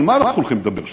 על מה אנחנו הולכים לדבר שם?